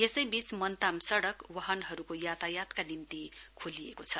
यसैबीच मन्ताम सडक वाहनहरूको यातायातका निम्ति खोलिएको छ